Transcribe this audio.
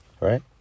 Right